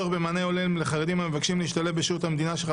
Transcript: ה-1 בדצמבר 2021. אנחנו נתחיל בנושא הראשון שעל